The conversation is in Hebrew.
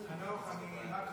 שנייה.